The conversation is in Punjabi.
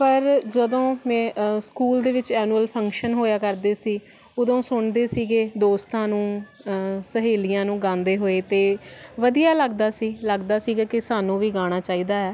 ਪਰ ਜਦੋਂ ਮੈਂ ਸਕੂਲ ਦੇ ਵਿੱਚ ਐਨੂਅਲ ਫੰਕਸ਼ਨ ਹੋਇਆ ਕਰਦੇ ਸੀ ਉਦੋਂ ਸੁਣਦੇ ਸੀਗੇ ਦੋਸਤਾਂ ਨੂੰ ਸਹੇਲੀਆਂ ਨੂੰ ਗਾਂਦੇ ਹੋਏ ਤਾਂ ਵਧੀਆ ਲੱਗਦਾ ਸੀ ਲੱਗਦਾ ਸੀਗਾ ਕਿ ਸਾਨੂੰ ਵੀ ਗਾਣਾ ਚਾਹੀਦਾ ਹੈ